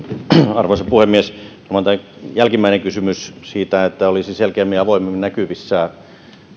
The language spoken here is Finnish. arvoisa puhemies tämä jälkimmäinen kysymys siitä että olisi selkeämmin ja avoimemmin näkyvissä